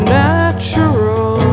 natural